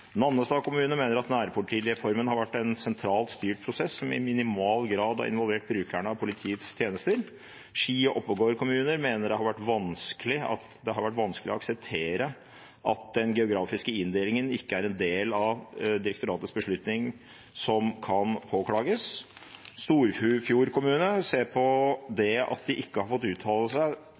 Nannestad kommune mener at nærpolitireformen har vært en sentralt styrt prosess, som i minimal grad har involvert brukerne av politiets tjenester. Ski og Oppegård kommuner mener det har vært vanskelig å akseptere at den geografiske inndelingen ikke er en del av direktoratets beslutning som kan påklages. Storfjord kommune ser på det at de ikke har fått uttale seg